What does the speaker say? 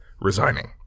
resigning